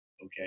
okay